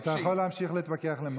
אתה יכול להמשיך להתווכח למטה.